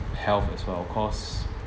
health as well cause